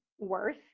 worth